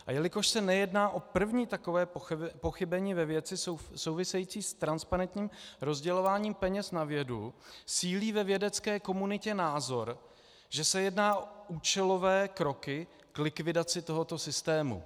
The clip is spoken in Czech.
A jelikož se nejedná o první takové pochybení ve věci související s transparentním rozdělováním peněz na vědu, sílí ve vědecké komunitě názor, že se jedná o účelové kroky k likvidaci tohoto systému.